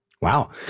Wow